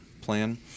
plan